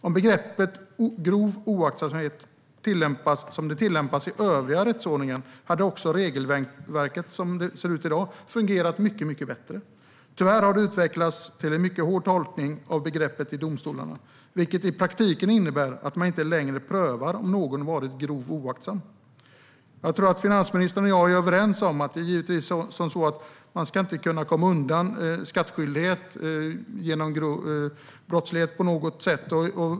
Om begreppet grov oaktsamhet hade tillämpats som det tillämpas i den övriga rättsordningen hade också regelverket i dag fungerat mycket bättre. Tyvärr har det utvecklats en mycket hård tolkning av begreppet i domstolarna, vilket i praktiken innebär att man inte längre prövar om någon varit grovt oaktsam. Jag tror att finansministern och jag är överens om att man givetvis inte ska kunna komma undan skattskyldighet genom brottslighet på något sätt.